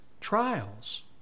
trials